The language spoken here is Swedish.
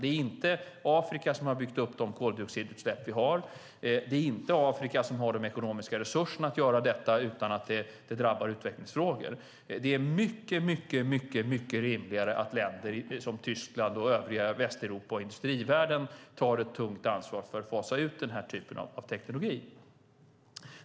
Det är inte Afrika som har byggt upp de koldioxidutsläpp vi har. Det är inte Afrika som har de ekonomiska resurserna att göra detta utan att det drabbar utvecklingsfrågor. Det är mycket, mycket rimligare att länder som Tyskland, övriga Västeuropa och industrivärlden tar ett tungt ansvar för att fasa ut den här typen av teknologi.